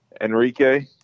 Enrique